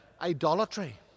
idolatry